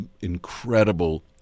incredible